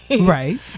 right